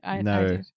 No